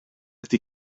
ydy